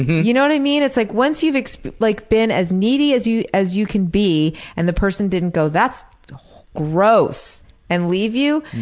you know what i mean? it's like once you've like been as needy as you as you can be and the person didn't go that's gross and leave you,